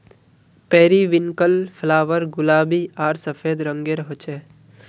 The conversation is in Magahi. पेरिविन्कल फ्लावर गुलाबी आर सफ़ेद रंगेर होचे